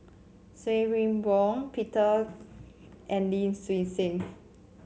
Swee Boon Peter and Lim Swee Say